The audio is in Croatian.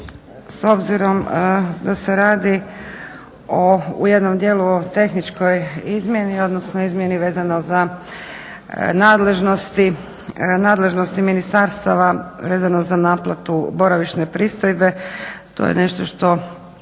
s obzirom da se radi o, u jednom dijelu o tehničkoj izmjeni, odnosno izmjeni vezano za nadležnosti ministarstava vezano za naplatu boravišne pristojbe. To je nešto što